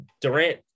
Durant